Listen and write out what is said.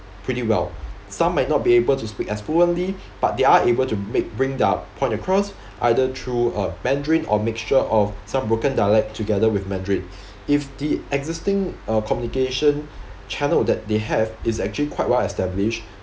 pretty well some might not be able to speak as fluently but they are able to make bring their point across either through uh mandarin or mixture of some broken dialect together with mandarin if the existing uh communication channel that they have is actually quite well established